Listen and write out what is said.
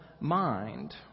mind